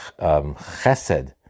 chesed